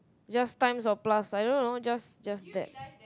just times or plus I don't know just just that